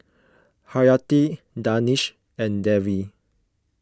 Haryati Danish and Dewi